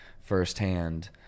firsthand